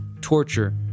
torture